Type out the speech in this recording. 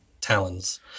talons